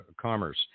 Commerce